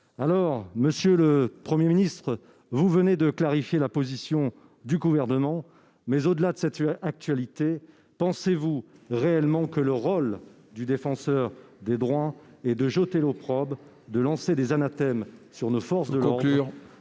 années. Monsieur le Premier ministre, vous venez de clarifier la position du Gouvernement. Mais, au-delà de cette actualité, pensez-vous réellement que le rôle du Défenseur des droits soit de jeter l'opprobre, de lancer des anathèmes sur nos forces de l'ordre,